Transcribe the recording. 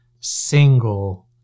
single